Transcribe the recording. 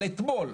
אבל אתמול,